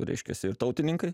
reiškiasi ir tautininkai